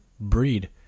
breed